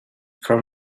from